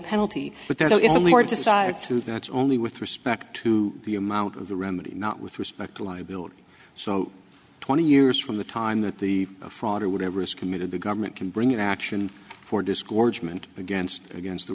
were decided through that's only with respect to the amount of the remedy not with respect to liability so twenty years from the time that the fraud or whatever is committed the government can bring an action for disgorgement against against the